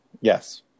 Yes